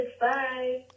Bye